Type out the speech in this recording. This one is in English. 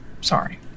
Sorry